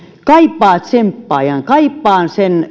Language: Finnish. kaipaa tsemppaajaa kaipaa